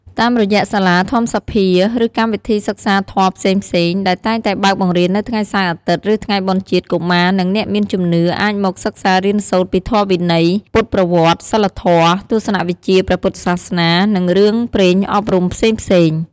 តាមរយៈសាលាធម្មសភា ឬកម្មវិធីសិក្សាធម៌ផ្សេងៗ ដែលតែងតែបើកបង្រៀននៅថ្ងៃសៅរ៍ អាទិត្យ ឬថ្ងៃបុណ្យជាតិ កុមារ និងអ្នកមានជំនឿអាចមកសិក្សារៀនសូត្រពីធម៌វិន័យ ពុទ្ធប្រវត្តិ សីលធម៌ ទស្សនៈវិជ្ជាព្រះពុទ្ធសាសនា និងរឿងព្រេងអប់រំផ្សេងៗ។